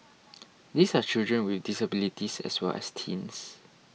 these are children with disabilities as well as teens